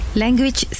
language